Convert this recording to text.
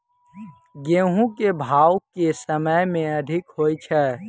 गेंहूँ केँ भाउ केँ समय मे अधिक होइ छै?